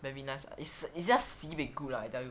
very nice it's it's just sibeh good lah I tell you